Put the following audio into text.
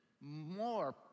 more